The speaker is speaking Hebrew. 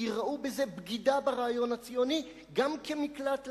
כי ראו בזה בגידה ברעיון הציוני, גם כמקלט לילה.